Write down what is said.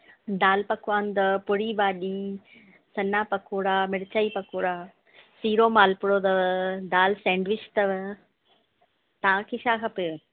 दाल पकवान अथव पूड़ी भाॼी सन्हा पकोड़ा मिर्चइ पकोड़ा सीरो मालपूड़ो अथव दाल सेंडविच अथव तव्हांखे छा खपेव